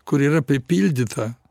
kur yra pripildyta